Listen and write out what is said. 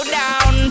down